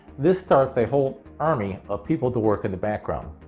this starts a whole army of people to work in the background.